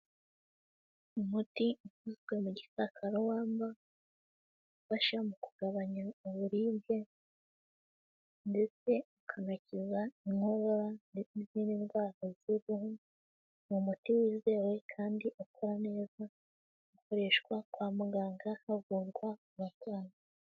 Umuti ukozwe mu gikakarubamba ufasha mu kugabanya uburibwe, ndetse ukanakiza inkorora n'izindi ndwara z'uruhu, ni umuti wizewe kandi ukora neza ukoreshwa kwa muganga havurwa abarwayi.